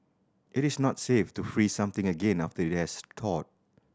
it is not safe to freeze something again after it has thawed